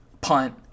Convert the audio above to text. punt